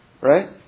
Right